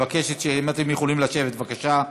היא מבקשת, אם אתם יכולים לשבת, בבקשה.